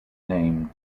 name